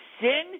sin